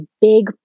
big